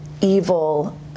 evil